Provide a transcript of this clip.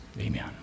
Amen